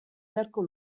beharko